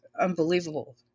unbelievable